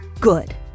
Good